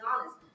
honest